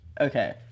Okay